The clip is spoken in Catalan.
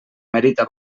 merita